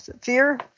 Fear